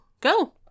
go